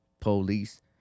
police